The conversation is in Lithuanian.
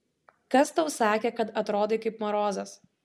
kas tau sakė kad atrodai kaip marozas